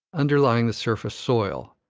underlying the surface soil.